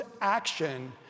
action